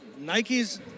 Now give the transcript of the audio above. Nikes